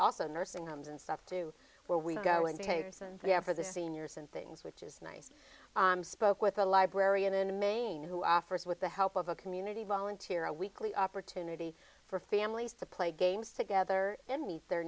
also nursing homes and stuff to where we go and behaviors and we have for the seniors and things which is nice spoke with a librarian in maine who offers with the help of a community volunteer a weekly opportunity for families to play games together in meet their